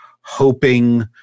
hoping